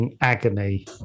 agony